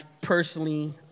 personally